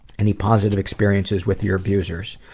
any positive experiences with your abusers?